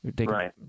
Right